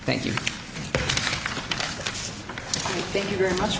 thank you thank you very much